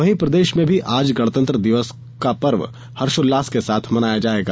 वहीं प्रदेश में भी आज गणतंत्र दिवस का पर्व हर्षोल्लास के साथ मनाया जायेगा